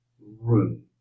room